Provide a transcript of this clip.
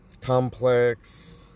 complex